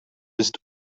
ist